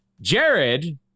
Jared